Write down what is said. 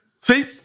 See